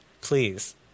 please